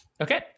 Okay